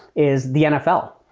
is the nfl.